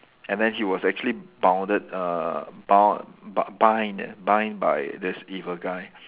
and then he was actually bounded err bound bi~ bind bind by this evil guy